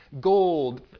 gold